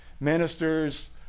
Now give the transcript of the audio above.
ministers